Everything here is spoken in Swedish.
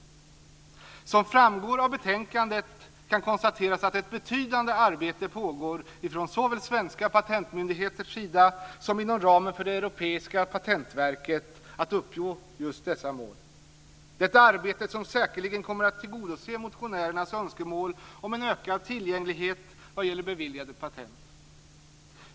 Som framgår av betänkandet kan konstateras att ett betydande arbete pågår såväl ifrån svenska patentmyndigheters sida som inom ramen för det europeiska patentverket för att uppnå just dessa mål. Det är ett arbete som säkerligen kommer att tillgodose motionärens önskemål om en ökad tillgänglighet vad gäller beviljade patent.